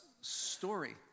story